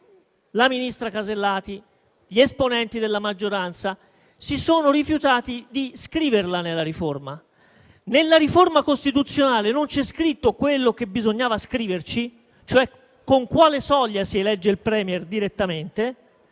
la ministra Casellati e gli esponenti della maggioranza si sono rifiutati di scriverla nella riforma. Nella riforma costituzionale non è scritto quello che bisognava scrivervi, cioè con quale soglia si elegge direttamente